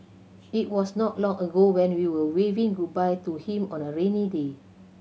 it was not long ago when we were waving goodbye to him on a rainy day